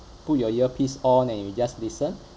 put your earpiece on and you just listen